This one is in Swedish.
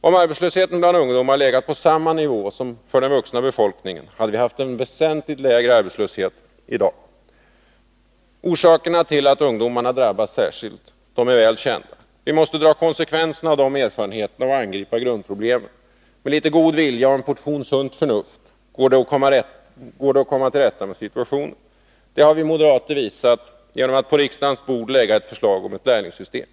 Om arbetslösheten bland ungdomar legat på samma nivå som för den vuxna befolkningen, hade vi haft väsentligt lägre arbetslöshet i Sverige i dag. Orsakerna till att särskilt ungdomar drabbas av arbetslöshet är väl kända. Vi måste dra konsekvenserna av dessa erfarenheter och angripa grundproblemen. Med litet god vilja och en portion sunt förnuft går det att komma till rätta med situationen. Det har vi moderater visat genom att på riksdagens bord lägga ett förslag om lärlingssystem.